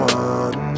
one